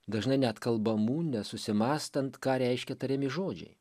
dažnai net kalbamų nesusimąstant ką reiškia tariami žodžiai